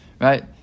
right